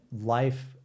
life